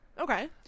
Okay